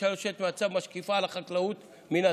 הממשלה יושבת מהצד, משקיפה על החקלאות מהצד,